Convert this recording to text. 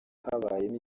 habayemo